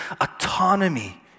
autonomy